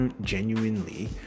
genuinely